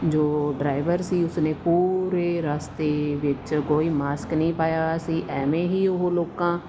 ਜੋ ਡਰਾਈਵਰ ਸੀ ਉਸਨੇ ਪੂਰੇ ਰਸਤੇ ਵਿੱਚ ਕੋਈ ਮਾਸਕ ਨਹੀਂ ਪਾਇਆ ਹੋਇਆ ਸੀ ਐਵੇਂ ਹੀ ਉਹ ਲੋਕਾਂ